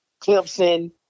Clemson